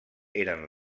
eren